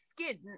skin